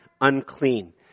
unclean